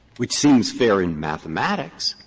which seems fair in mathematics,